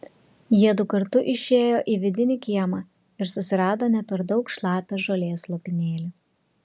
jiedu kartu išėjo į vidinį kiemą ir susirado ne per daug šlapią žolės lopinėlį